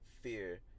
fear